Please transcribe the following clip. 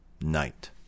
Night